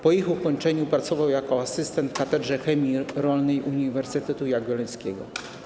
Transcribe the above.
Po ich ukończeniu pracował jako asystent w Katedrze Chemii Rolnej Uniwersytetu Jagiellońskiego.